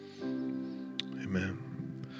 amen